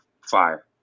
fire